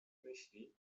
myśli